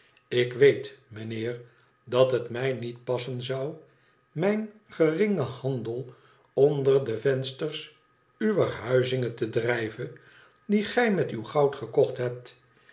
ik weet meneer dat het mij niet passen zou mijn geringen handel onder de vensters uwer huizinge te drijven die j met uw goud gekocht hebt